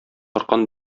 аркан